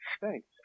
Thanks